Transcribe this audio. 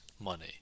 money